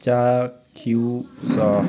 ଚାକ୍ଷୁଷ